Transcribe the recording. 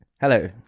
hello